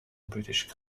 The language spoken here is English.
british